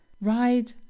ride